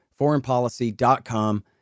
foreignpolicy.com